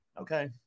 Okay